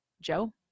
Joe